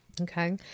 Okay